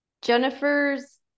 Jennifer's